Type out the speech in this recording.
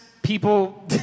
People